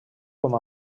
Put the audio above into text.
com